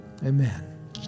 Amen